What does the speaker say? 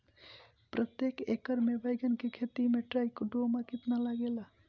प्रतेक एकर मे बैगन के खेती मे ट्राईकोद्रमा कितना लागेला?